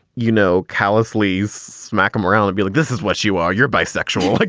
you know, callously smack him around and be like, this is what you are. you're bisexual. like